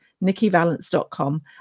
NikkiValance.com